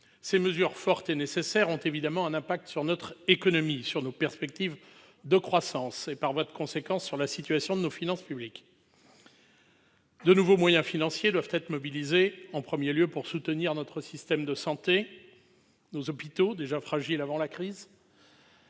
Ces mesures fortes et nécessaires ont évidemment une incidence sur notre économie, sur nos perspectives de croissance et sur la situation de nos finances publiques. Par ailleurs, de nouveaux moyens financiers doivent être mobilisés pour soutenir notre système de santé, nos hôpitaux déjà fragiles avant la crise,